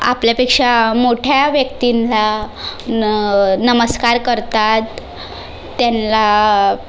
आपल्यापेक्षा मोठ्या व्यक्तींना न नमस्कार करतात त्यांना